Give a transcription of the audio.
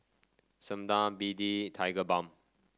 Sebamed B D Tigerbalm